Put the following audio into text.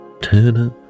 Turner